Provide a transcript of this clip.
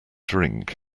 drink